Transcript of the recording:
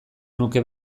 nuke